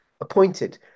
appointed